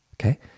okay